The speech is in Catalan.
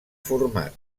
format